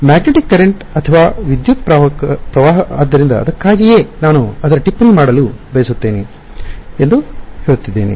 magnetic current ಅಥವಾ ವಿದ್ಯುತ್ ಪ್ರವಾಹ ಆದ್ದರಿಂದ ಅದಕ್ಕಾಗಿಯೇ ನಾನು ಅದರ ಟಿಪ್ಪಣಿ ಮಾಡಲು ಬಯಸುತ್ತೇನೆ ಎಂದು ಹೇಳುತ್ತಿದ್ದೇನೆ